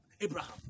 Abraham